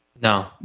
No